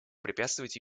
препятствовать